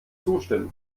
zustimmen